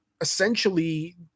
essentially